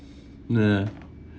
ya